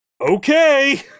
Okay